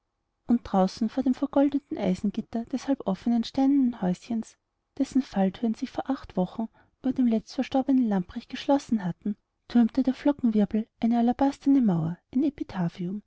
und draußen vor dem vergoldeten eisengitter des halb offenen steinernen häuschens dessen fallthüren sich vor acht wochen über dem letztverstorbenen lamprecht geschlossen hatten türmte der flockenwirbel eine alabasterne mauer ein